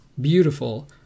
Beautiful